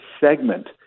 segment